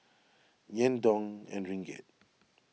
Yen Dong and Ringgit